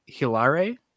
hilare